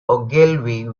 ogilvy